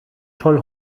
toll